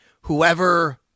whoever